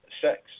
sex